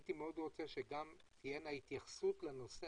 הייתי מאוד רוצה שגם תהיה התייחסות לנושא